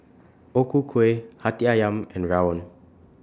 O Ku Kueh Hati Ayam and Rawon